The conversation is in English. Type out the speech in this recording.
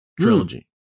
trilogy